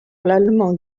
l’allemand